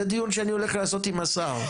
זה דיון שאני הולך לעשות עם השר.